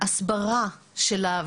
ההסברה של הנושא,